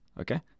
Okay